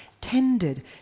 tended